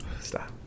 stop